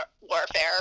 warfare